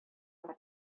бар